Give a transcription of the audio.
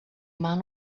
man